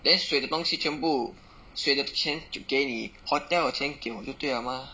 then 水的东西全部水的钱就给你 hotel 的钱给我就对了 mah